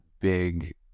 big